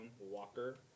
Walker